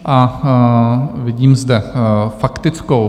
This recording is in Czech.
A vidím zde faktickou...